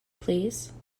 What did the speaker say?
please